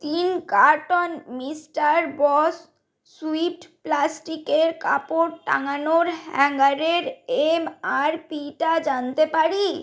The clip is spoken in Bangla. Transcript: তিন কার্টন মিস্টার বস সুইফট প্লাস্টিকের কাপড় টাঙানোর হ্যাঙ্গারের এম আর পিটা জানতে পারি